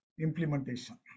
implementation